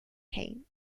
kane